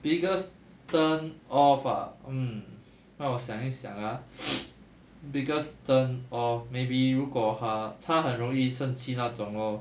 biggest turn off ah hmm 让我想一想 ah biggest turn off maybe 如果她她很容易生气那种 lor